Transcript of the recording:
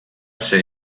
ser